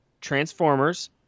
Transformers